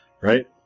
right